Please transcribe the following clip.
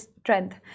strength